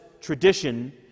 tradition